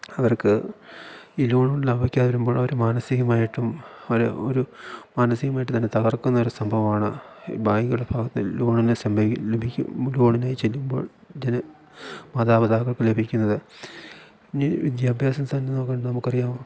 അവർക്ക് ഈ ലോണുകള് ലാഭിക്കാതെ വരുമ്പോൾ അവർ മാനസികമായിട്ടും അവർ ഒരു മാനസികമായിട്ട് തന്നെ തകർക്കുന്ന ഒരു സംഭവമാണ് ഈ ബാങ്കുകളുടെ ഭാഗത്തിൽ ലോണിനെ സമ്മതം ലഭിക്കും ലോണിനായി ചെല്ലുമ്പോൾ ചില മാതാപിതാക്കൾക്ക് ലഭിക്കുന്നത് ഇനി വിദ്യാഭ്യാസം തന്നെ നോക്കാണ്ട് നമുക്കറിയാം